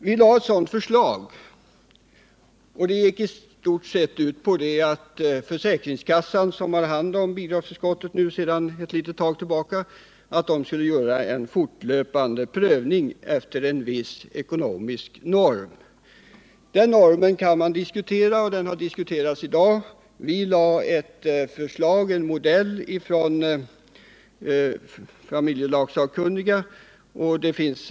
Vi framlade ett sådant förslag, som i stort sett gick ut på att försäkringskassorna, som nu har hand om bidragsförskottet sedan ett tag tillbaka, skall göra en fortlöpande prövning efter en viss ekonomisk norm. Den normen kan man diskutera och den har diskuterats i dag. Familjelagssakkunniga angav en modell.